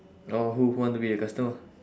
oh who who want to be a customer